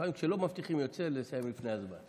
לפעמים כשלא מבטיחים יוצא לסיים לפני הזמן.